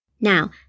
Now